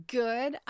good